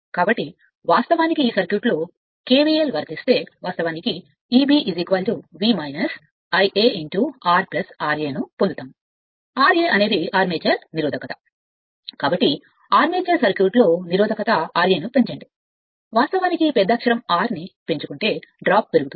కాబట్టి వాస్తవానికి ఈ సర్క్యూట్లో kvl వర్తిస్తే వాస్తవానికి Eb V Ia R ra ను పొందుతుంది ra అనేది ఆర్మేచర్ నిరోధకత కాబట్టి ఆర్మేచర్ సర్క్యూట్ లో నిరోధకత ra ను పెంచండి వాస్తవానికి ఈ పెద్దక్షరం R ని పెంచుకుంటే డ్రాప్ పెరుగుతుంది